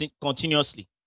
continuously